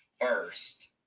first